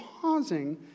pausing